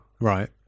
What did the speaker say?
Right